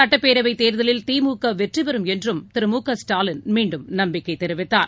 சுட்டப்பேரவைத் தேர்தலில் திமுகவெற்றிபெறும் என்றும் திரு மு க ஸ்டாலின் மீண்டும் நம்பிக்கைதெரிவித்தார்